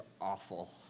awful